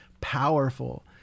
powerful